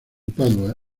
padua